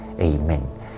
Amen